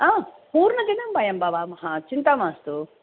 पूर्णं दिनं वयं भवामः चिन्ता मास्तु